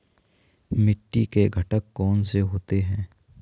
मिट्टी के घटक कौन से होते हैं?